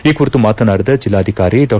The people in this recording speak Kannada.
ಈ ಕುರಿತು ಮಾತನಾಡಿದ ಜಿಲ್ಲಾಧಿಕಾರಿ ಡಾ